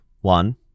One